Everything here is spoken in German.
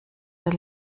der